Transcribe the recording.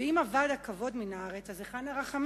ואם אבד הכבוד מן הארץ, אז היכן הרחמים?